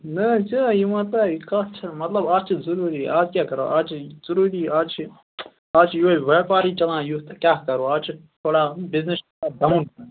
نَہ حظ یہِ ونتہٕ کَتھ چھَنہٕ مطلب اَتھ چھِ ضُروٗری اَتھ کیاہ کَرو آز چھُ ضُروٗری آز چھِ آز چھِ یُِہَے ویٚپارٕے چَلان یُتھ تہٕ کیاہ کَرو آز چھِ تھوڑا بزنس ڈَوُن